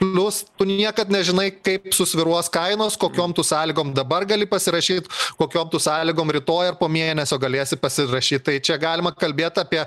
plius tu niekad nežinai kaip susvyruos kainos kokiom tu sąlygom dabar gali pasirašyt kokiom tu sąlygom rytoj ar po mėnesio galėsi pasirašyt tai čia galima kalbėt apie